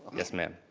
yes ma'am.